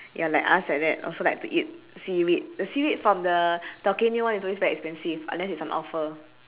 ya like us like that also like to eat seaweed the seaweed from the taokaenoi one is always very expensive unless it's on offer